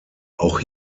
auch